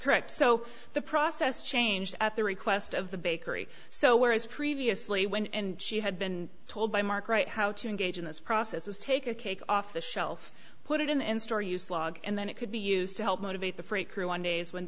correct so the process changed at the request of the bakery so whereas previously when and she had been told by mark wright how to engage in this process was take a cake off the shelf put it in and store use log and then it could be used to help motivate the freight crew on days when